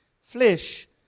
flesh